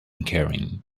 caring